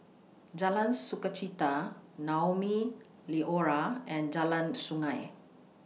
Jalan Sukachita Naumi Liora and Jalan Sungei